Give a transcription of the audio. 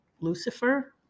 Lucifer